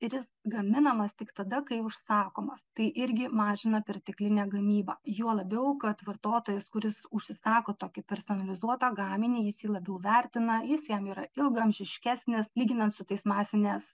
ir jis gaminamas tik tada kai užsakomas tai irgi mažina perteklinę gamybą juo labiau kad vartotojas kuris užsisako tokį personalizuotą gaminį jis jį labiau vertina jis jam yra ilgaamžiškesnis lyginant su tais masinės